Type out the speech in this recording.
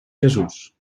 jesús